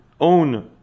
own